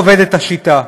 ככה עובדת השיטה.